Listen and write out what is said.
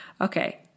Okay